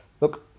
look